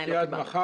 נחכה עד מחר,